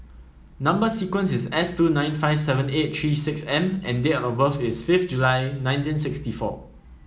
Number sequence is S two nine five seven eight three six M and date of birth is fifth July nineteen sixty four